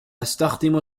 أستخدم